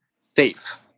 safe